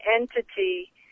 entity